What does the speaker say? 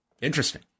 interesting